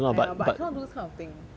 !aiya! but I cannot do this kind of thing